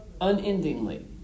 unendingly